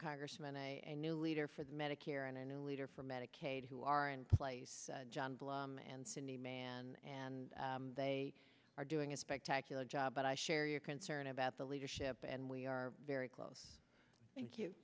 congressman i knew leader for the medicare and a new leader for medicaid who are in place john blue and cindy man and they are doing a spectacular job but i share your concern about the leadership and we are very close thank you